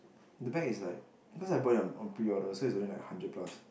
the bag is like because I bought it on on pre order so it was only like hundred plus